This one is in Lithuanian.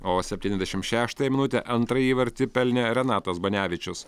o septyniasdešim šeštąją minutę antrą įvartį pelnė renatas banevičius